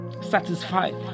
satisfied